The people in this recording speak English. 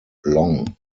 long